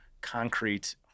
concrete